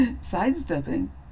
sidestepping